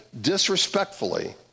disrespectfully